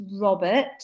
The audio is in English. Robert